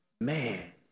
man